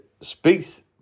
speaks